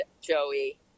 Joey